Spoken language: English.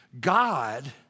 God